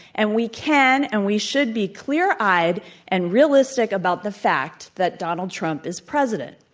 and we can and we should be clear-eyed and realistic about the fact that donald trump is president.